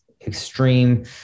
extreme